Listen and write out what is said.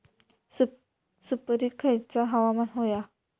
सुपरिक खयचा हवामान होया?